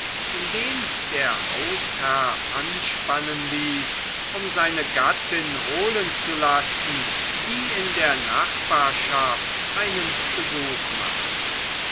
indem der hausherr anspannen ließ um seine gattin holen zu lassen die in der nachbarschaft einen besuch machte